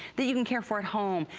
that even care for at home.